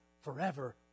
forever